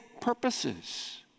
purposes